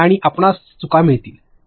आणि आपणास चुका मिळतील संदर्भ वेळ 0659